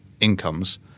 incomes